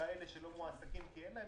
כאלה שלא מועסקים כי אין להם